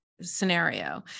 scenario